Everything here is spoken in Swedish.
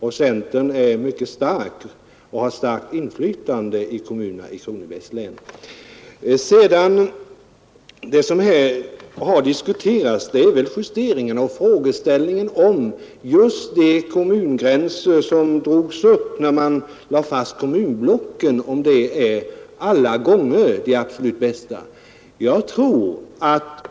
Centerpartiet är där mycket starkt och har ett stort inflytande i kommunerna i Kronobergs län. Vad som diskuteras här är om just de kommungränser som drogs upp när kommunblocken bestämdes är de absolut bästa i samtliga fall.